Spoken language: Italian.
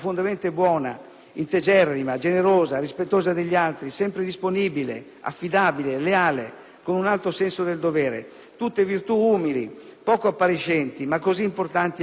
integerrima, generosa, rispettosa degli altri, sempre disponibile, affidabile, leale e con un alto senso del dovere. Sono tutte virtù umili, poco appariscenti, ma così importanti anche in politica.